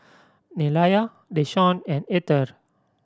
Nelia Deshaun and Etter